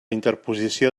interposició